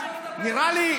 נראה לי,